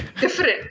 different